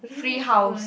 free house